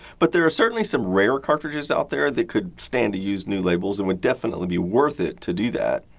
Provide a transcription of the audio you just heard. but, there are certainly some rare cartridges out there that could stand to use new labels and would definitely be worth it to do that.